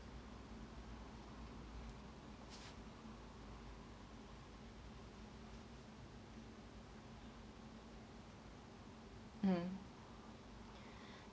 mm